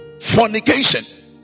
Fornication